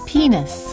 Penis